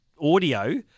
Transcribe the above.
audio